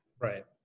Right